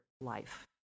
life